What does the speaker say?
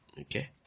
Okay